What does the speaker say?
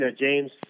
James